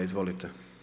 Izvolite.